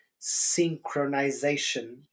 synchronization